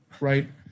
right